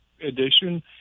edition